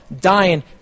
dying